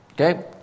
Okay